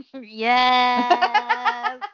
Yes